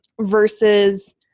versus